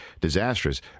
disastrous